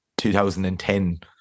2010